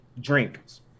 Drinks